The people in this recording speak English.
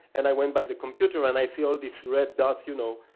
and i went by the computer and i see all these red dots, you know,